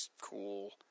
cool